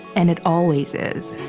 and it always is